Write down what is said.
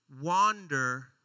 wander